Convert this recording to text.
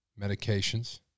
medications